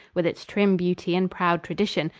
with its trim beauty and proud tradition,